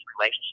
relationship